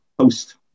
post